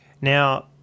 Now